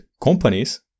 companies